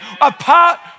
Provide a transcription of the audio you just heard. apart